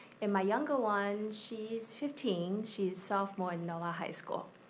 and my younger one, she is fifteen. she is sophomore in novi high school.